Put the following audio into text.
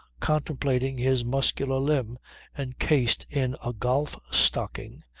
contemplating his muscular limb encased in a golf-stocking,